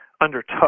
undertook